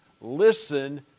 listen